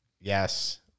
yes